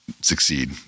succeed